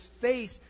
face